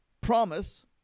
promise